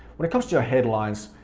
when it comes to your headlines,